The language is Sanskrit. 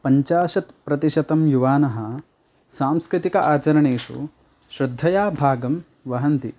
पञ्चाशत् प्रतिशतं युवानः सांस्कृतिक आचरणेषु श्रद्धया भागं वहन्ति